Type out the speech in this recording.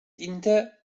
inte